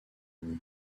uni